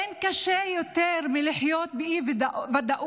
אין קשה יותר מלחיות באי-ודאות